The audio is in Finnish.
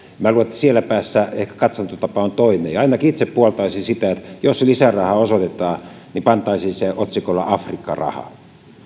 minä luulen että siellä päässä katsantotapa on ehkä toinen ainakin itse puoltaisin sitä että jos lisärahaa osoitetaan niin pantaisiin se otsikolla afrikka raha